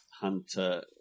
Hunter